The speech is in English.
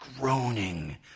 groaning